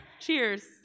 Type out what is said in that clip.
Cheers